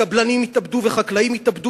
קבלנים יתאבדו וחקלאים יתאבדו,